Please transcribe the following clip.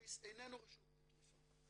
קנאביס איננו רשום כתרופה.